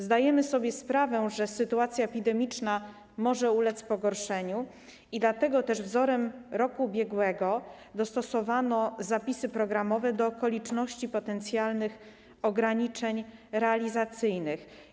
Zdajemy sobie sprawę, że sytuacja epidemiczna może ulec pogorszeniu, i dlatego też wzorem roku ubiegłego dostosowano zapisy programowe do okoliczności potencjalnych ograniczeń realizacyjnych.